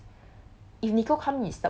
K so two of us